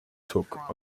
took